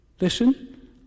listen